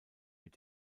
mit